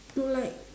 to like